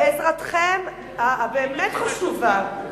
בעזרתכם הבאמת חשובה.